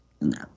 No